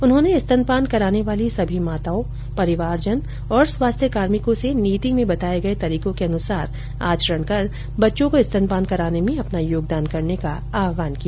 उन्होंने स्तनपान कराने वाली सभी माताओं परिवारजन और स्वास्थ्यकार्मिकों से नीति में बताये गये तरीकों के अनुसार आचरण कर बच्चों को स्तनपान कराने में अपना योगदान करने का आह्वान किया